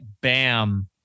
bam